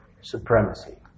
supremacy